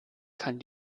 kann